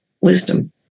wisdom